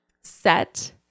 set